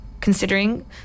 considering